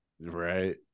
right